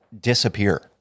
disappear